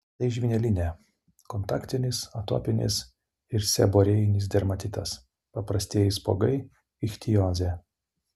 tai žvynelinė kontaktinis atopinis ir seborėjinis dermatitas paprastieji spuogai ichtiozė